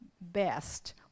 best